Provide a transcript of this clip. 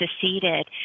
seceded